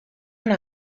una